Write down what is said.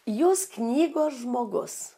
jos knygos žmogus